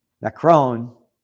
Macron